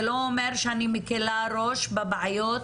זה לא אומר שאני מקלה ראש בבעיות